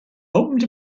opened